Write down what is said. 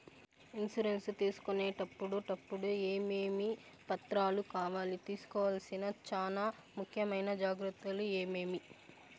Insurance తీసుకునేటప్పుడు టప్పుడు ఏమేమి పత్రాలు కావాలి? తీసుకోవాల్సిన చానా ముఖ్యమైన జాగ్రత్తలు ఏమేమి?